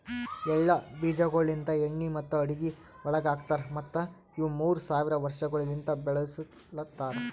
ಎಳ್ಳ ಬೀಜಗೊಳ್ ಲಿಂತ್ ಎಣ್ಣಿ ಮತ್ತ ಅಡುಗಿ ಒಳಗ್ ಹಾಕತಾರ್ ಮತ್ತ ಇವು ಮೂರ್ ಸಾವಿರ ವರ್ಷಗೊಳಲಿಂತ್ ಬೆಳುಸಲತಾರ್